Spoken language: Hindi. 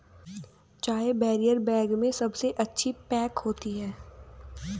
चाय बैरियर बैग में सबसे अच्छी पैक होती है